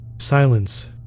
Silence